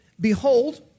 Behold